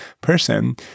person